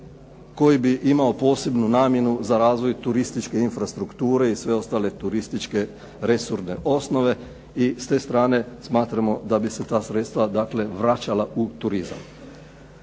koji bi imao posebnu namjenu za razvoj turističke infrastrukture i sve ostale turističke resorne osnove i s te strane smatramo da bi se ta sredstva dakle vraćala u turizam.